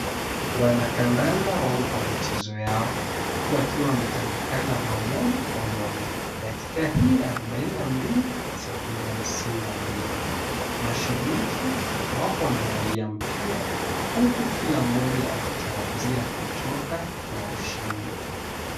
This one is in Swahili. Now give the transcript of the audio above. Wanakandanda wako kwa michezo yao, huku wakiwa wametandikana bao moja kwa moja, dakika hii arobaini na mbili, sekunde hamsini na mbili. Mashabiki wako wanaangalia mpira huku kila mmoja akitarajia kutoka na ushindi.